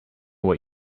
what